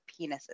penises